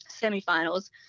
semifinals